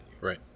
Right